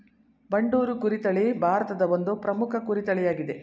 ಬಂಡೂರು ಕುರಿ ತಳಿ ಭಾರತದ ಒಂದು ಪ್ರಮುಖ ಕುರಿ ತಳಿಯಾಗಿದೆ